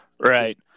Right